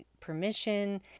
permission